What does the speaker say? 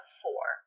four